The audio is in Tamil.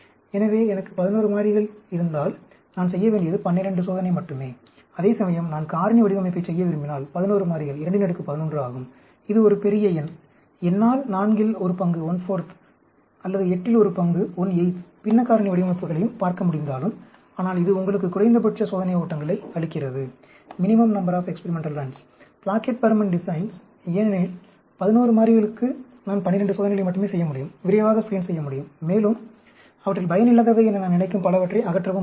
எனவே எனக்கு 11 மாறிகள் இருந்தால் நான் செய்ய வேண்டியது 12 சோதனை மட்டுமே அதேசமயம் நான் காரணி வடிவமைப்பைச் செய்ய விரும்பினால் 11 மாறிகள் 211 ஆகும் இது ஒரு பெரிய எண் என்னால் நான்கில் ஒரு பங்கு அல்லது எட்டில் ஒரு பங்கு பின்ன காரணி வடிவமைப்புகளையும் பார்க்க முடிந்தாலும் ஆனால் இது உங்களுக்கு குறைந்தபட்ச சோதனை ஓட்டங்களை அளிக்கிறது பிளாக்கெட் பர்மன் டிசைன்ஸ் ஏனெனில் 11 மாறிகளுக்கு நான் 12 சோதனைகளை மட்டுமே செய்ய முடியும் விரைவாக ஸ்க்ரீன் செய்ய முடியும் மேலும் அவற்றில் பயனில்லாதவை என நான் நினைக்கும் பலவற்றை அகற்றவும் முடியும்